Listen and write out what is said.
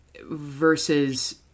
versus